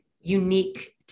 unique